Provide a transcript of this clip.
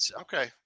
Okay